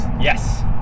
Yes